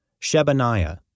Shebaniah